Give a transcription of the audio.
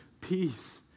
peace